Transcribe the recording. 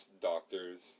doctors